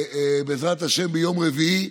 בעזרת השם, ביום רביעי.